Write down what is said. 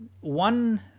one